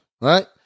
right